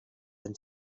and